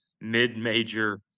mid-major